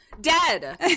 Dead